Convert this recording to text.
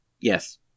Yes